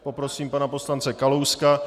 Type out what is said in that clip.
Poprosím pana poslance Kalouska.